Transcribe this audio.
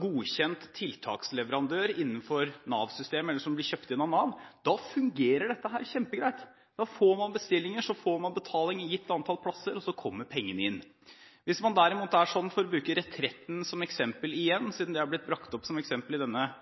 godkjent tiltaksleverandør innenfor Nav-systemet, eller blir kjøpt inn av Nav, fungerer dette kjempegreit. Da får man bestillinger, og så får man betaling gitt antall plasser, og så kommer pengene inn. Hvis man derimot – for å bruke Retretten som eksempel igjen, siden det er blitt brakt opp som eksempel i denne